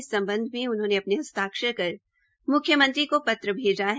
इस सम्बध में उन्होंने अपने हस्ताक्षर कर म्ख्यमंत्री को पत्रभेजा है